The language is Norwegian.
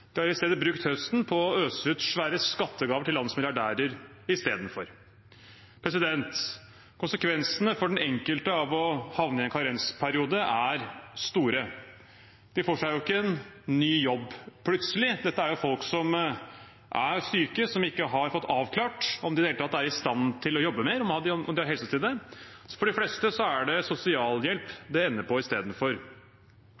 brukt høsten på å øse ut svære skattegaver til landets milliardærer istedenfor. Konsekvensene for den enkelte av å havne i en karensperiode er store. De får seg jo ikke en ny jobb plutselig. Dette er folk som er syke, som ikke har fått avklart om de i det hele tatt er i stand til å jobbe mer, om de har helse til det. Så for de fleste er det sosialhjelp